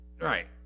Right